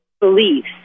beliefs